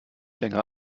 länger